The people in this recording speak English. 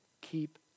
keep